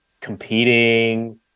competing